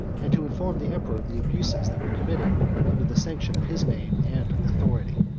and to inform the emperor of the abuses that were committed under the sanction of his name and authority.